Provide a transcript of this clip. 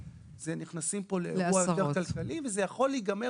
נכנסים כאן לאירוע כלכלי וזה יכול להיגמר